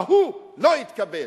ההוא לא התקבל.